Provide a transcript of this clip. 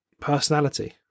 personality